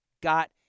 got